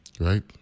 right